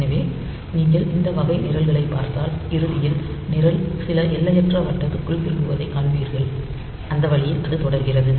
எனவே நீங்கள் இந்த வகை நிரல்களைப் பார்த்தால் இறுதியில் நிரல் சில எல்லையற்ற வட்டத்திற்குத் திரும்புவதைக் காண்பீர்கள் அந்த வழியில் அது தொடர்கிறது